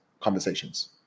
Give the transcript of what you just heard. conversations